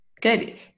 good